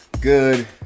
good